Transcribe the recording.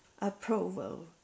approval